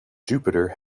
jupiter